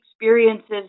experiences